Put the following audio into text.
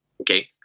okay